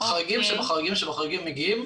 חריגים שבחריגים מגיעים,